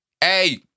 Hey